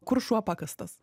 kur šuo pakastas